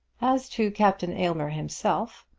as to captain aylmer himself,